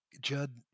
Judd